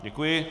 Děkuji.